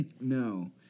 no